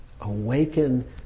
awaken